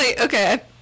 okay